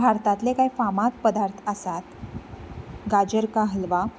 भारतांतले कांय फामाद पदार्थ आसात गाजर का हल्वा